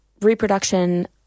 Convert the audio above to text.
reproduction